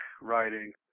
writing